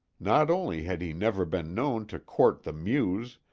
not only had he never been known to court the muse,